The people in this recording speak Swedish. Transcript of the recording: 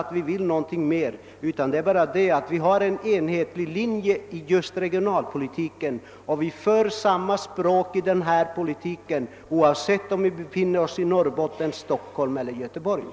Jag vill bara framhålla att vi har en enhetlig linje i regionalpolitiken och att vi använder samma språk i denna politik, oavsett om vi befinner oss i Stockholm, Göteborg eller Norrbotten.